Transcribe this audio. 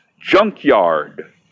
Junkyard